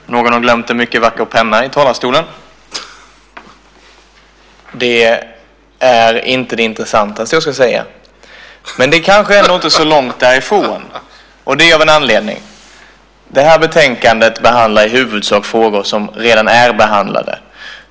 Herr talman! Någon har glömt en mycket vacker penna i talarstolen. Det är inte det intressantaste som jag ska säga. Men det kanske ändå inte är så långt därifrån, och det är av en anledning: Det här betänkandet behandlar i huvudsak frågor som redan är behandlade.